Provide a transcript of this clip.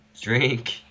drink